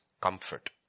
comfort